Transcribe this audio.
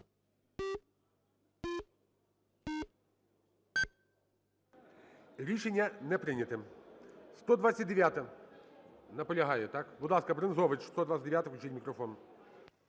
Рішення не прийнято. 129-а. Наполягає, так? Будь ласка, Брензович, 129-а, включіть мікрофон.